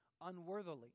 unworthily